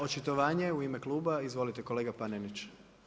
Očitovanje u ime kluba, izvolite kolega Panenić.